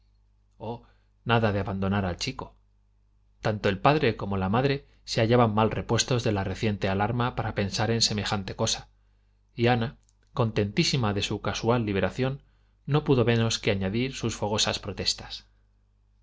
oh nada de abandonar al chico tanto el padre como la madre se hallaban mal repuestos de la reciente alarma para pensar en semejante cosa y ana contentísima de su casual liberación no pudo menos de añadir sus fogosas protestas